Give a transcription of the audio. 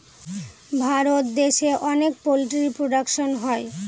ভারত দেশে অনেক poultry production হয়